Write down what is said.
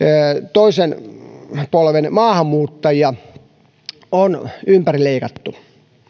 toisen polven maahanmuuttajia on ympärileikattu